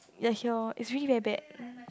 ya here it's really very bad